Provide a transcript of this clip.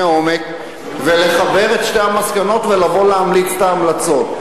עומק ולחבר את שתי המסקנות ולבוא להמליץ את ההמלצות.